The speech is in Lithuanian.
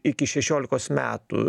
iki šešiolikos metų